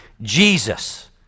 Jesus